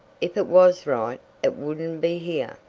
if it was right it wouldn't be here,